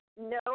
No